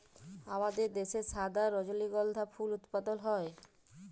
আমাদের দ্যাশে সাদা রজলিগন্ধা ফুল উৎপাদল হ্যয়